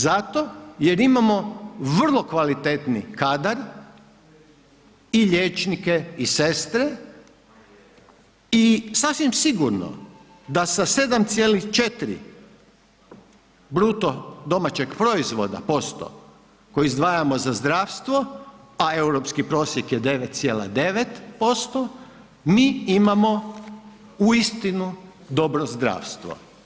Zato jer imamo vrlo kvalitetni kadar i liječnike i sestre i sasvim sigurno da sa 7,4 bruto domaćeg proizvoda posto koji izdvajamo za zdravstvo, a europski prosjek je 9,9% mi imamo uistinu dobro zdravstvo.